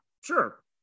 sure